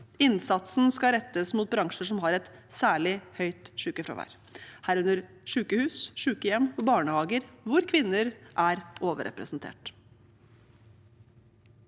Innsatsen skal rettes mot bransjer som har et særlig høyt sykefravær, herunder sykehus, sykehjem og barnehager, hvor kvinner er overrepresentert.